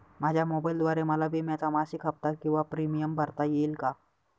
माझ्या मोबाईलद्वारे मला विम्याचा मासिक हफ्ता किंवा प्रीमियम भरता येईल का?